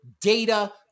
data